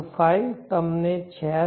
085 તમને 86